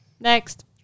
Next